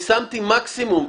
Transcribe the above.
שמתי מקסימום.